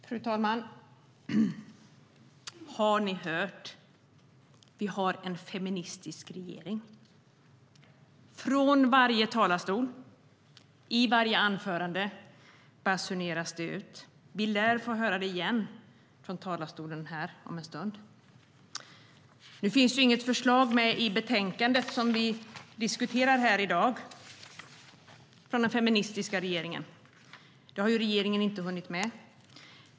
Fru talman! Har ni hört? Vi har en feministisk regering. Från varje talarstol och i varje anförande basuneras det ut. Vi lär få höra det igen från talarstolen om en stund. Nu finns det ju inte med något förslag från den feministiska regeringen i det betänkande vi diskuterar här i dag, för det har regeringen inte hunnit med.